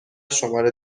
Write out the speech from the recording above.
شماره